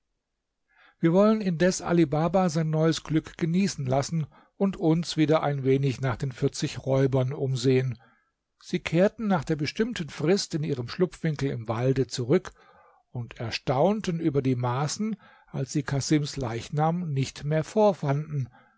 wir wollen indes ali baba sein neues glück genießen lassen und uns wieder ein wenig nach den vierzig räubern umsehen sie kehrten nach der bestimmten frist in ihren schlupfwinkel im walde zurück und erstaunten über die maßen als sie casims leichnam nicht mehr vorfanden